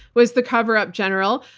was the coverup general.